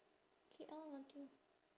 K_L nothing